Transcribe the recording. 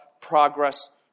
progress